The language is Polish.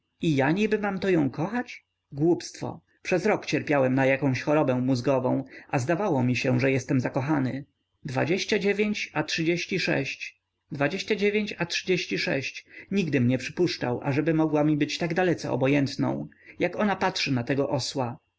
ja mam nibyto ją kochać głupstwo przez rok cierpiałem na jakąś chorobę mózgową a zdawało mi się że jestem zakochany dwadzieścia dziewięć a trzydzieści sześć dwadzieścia dziewięć a trzydzieści sześć nigdym nie przypuszczał ażeby mogła mi być tak dalece obojętną jak ona patrzy na tego osła